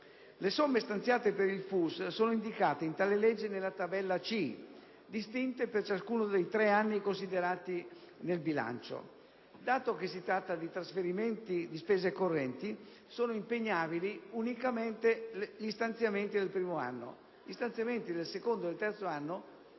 Le somme stanziate per il FUS sono indicate in tale legge nella Tabella C, distinte per ciascuno dei tre anni considerati nel bilancio. Dato che si tratta di trasferimenti di spese correnti sono impegnabili unicamente gli stanziamenti del primo anno e dunque gli stanziamenti per il secondo e terzo anno